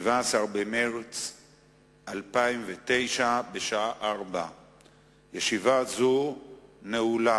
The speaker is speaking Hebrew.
17 במרס 2009, בשעה 16:00. ישיבה זו נעולה.